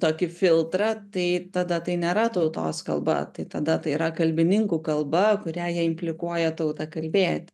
tokį filtrą tai tada tai nėra tautos kalba tai tada tai yra kalbininkų kalba kurią jie implikuoja tautą kalbėti